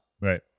Right